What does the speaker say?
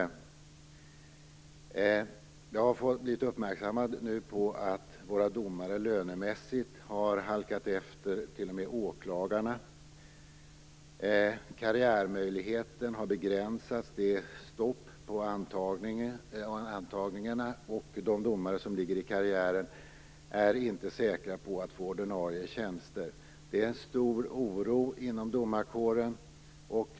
Jag har nu blivit uppmärksammad på att våra domare lönemässigt har halkat efter t.o.m. åklagarna. Karriärmöjligheten har begränsats. Det är stopp på antagningarna, och de domare som är i karriären är inte säkra på att få ordinarie tjänster. Det är stor oro inom domarkåren.